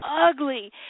ugly